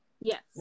Yes